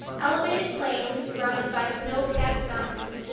elevated plains, rounded by snow-capped mountains,